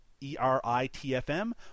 E-R-I-T-F-M